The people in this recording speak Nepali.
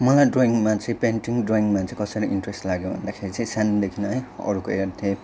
मलाई ड्रइङमा चाहिँ पेन्टिङमा ड्रइङमा चाहिँ कसरी इन्ट्रेस्ट लाग्यो भन्दाखेरि चाहिँ सानोदेखि नै है अरूको हेर्थेँ